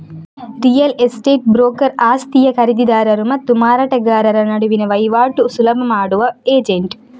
real estate broker ಆಸ್ತಿಯ ಖರೀದಿದಾರರು ಮತ್ತು ಮಾರಾಟಗಾರರ ನಡುವಿನ ವೈವಾಟು ಸುಲಭ ಮಾಡುವ ಏಜೆಂಟ್